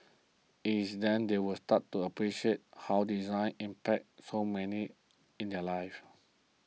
it's then that they will start to appreciate how design impacts so many in their lives